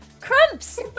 Crumps